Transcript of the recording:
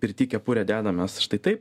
pirty kepurę dedamės štai taip